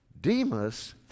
Demas